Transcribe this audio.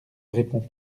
répond